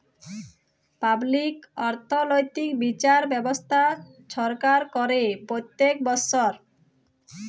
public অথ্থলৈতিক বিচার ব্যবস্থা ছরকার ক্যরে প্যত্তেক বচ্ছর